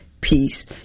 peace